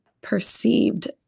perceived